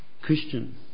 Christian